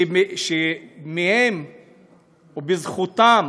שמהם או בזכותם